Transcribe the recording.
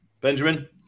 Benjamin